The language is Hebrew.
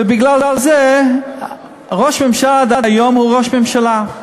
ובגלל זה ראש הממשלה עד היום הוא ראש הממשלה.